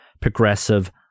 progressive